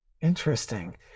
Interesting